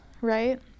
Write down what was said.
right